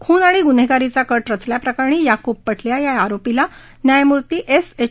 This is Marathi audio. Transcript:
खून आणि गुन्हेगारीचा कट रचल्याप्रकरणी याकुब पटलिया या आरोपीला न्यायमूर्ती एस एच